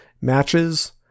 matches